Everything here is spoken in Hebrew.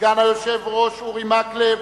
סגן היושב-ראש אורי מקלב,